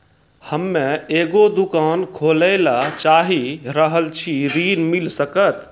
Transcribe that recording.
हम्मे एगो दुकान खोले ला चाही रहल छी ऋण मिल सकत?